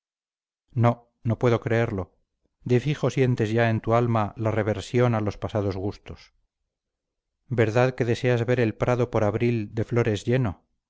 no no puedo creerlo de fijo sientes ya en tu alma la reversión a los pasados gustos verdad que deseas ver el prado por abril de flores lleno